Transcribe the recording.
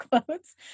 quotes